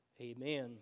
amen